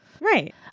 right